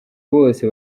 bose